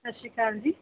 ਸਤਿ ਸ਼੍ਰੀ ਅਕਾਲ ਜੀ